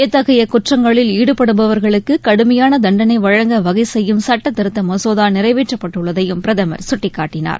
இத்தகைய குற்றங்களில் ஈடுபடுபவர்களுக்கு கடுமையான தண்டனை வழங்க வகைசெய்யும் சட்டதிருத்த மசோதா நிறைவேற்றப்பட்டுள்ளதையும் பிரதமர் கட்டிக்காட்டினார்